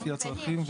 לפי הצרכים.